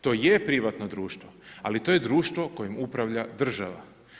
To je privatno društvo, ali to je društvo kojim upravlja država.